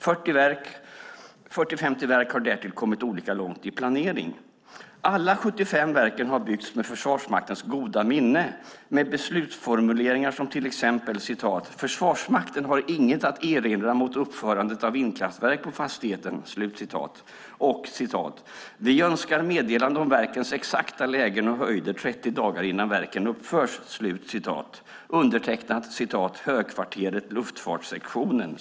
40-50 verk har därtill kommit olika långt i planeringen. Alla 75 verk har byggts med Försvarsmaktens goda minne med beslutsformuleringar som: "Försvarsmakten har inget att erinra mot uppförandet av vindkraftverk på fastigheten." "Vi önskar meddelande om verkens exakta lägen och höjder 30 dagar innan verken uppförs." Dessa beslutsformuleringar är undertecknade av Högkvarteret Luftfartssektionen.